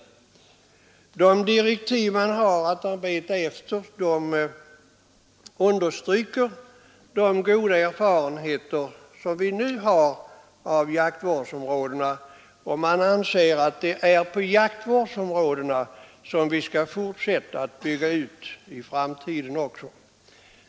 I de direktiv som utredningen arbetar efter understryks de goda erfarenheter som vi har av jaktvårdsområdena, och man anser att jaktvårdsområdena skall byggas ut i framtiden.